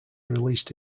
released